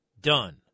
done